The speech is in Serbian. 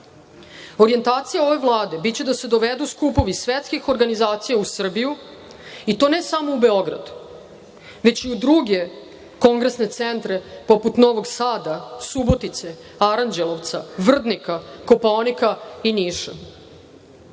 Orijentacija ove Vlade biće da se dovedu skupovi svetskih organizacija u Srbiju, i to ne samo u Beograd, već i u druge kongresne centre poput Novog Sada, Subotice, Aranđelovca, Vrdnika, Kopaonika i Niša.Za